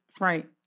right